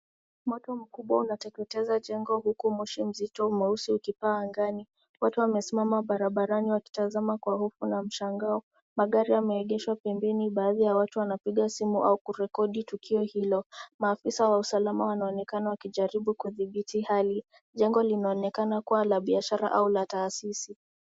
Moto mkubwa unateketeza jengo huku moshi mzito mweusi ukipaa angani. Watu wamesimama barabarani wakitazama kwa hofu na mshangao. Magari yameegeshwa pembeni baadhi ya watu wanapiga simu au kurekodi tukio hilo. Maafisa wa usalama wanaonekana wakijaribu kudhibiti hali. Jengo linaonekana kuwa la biashara au la taasisi.